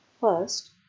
First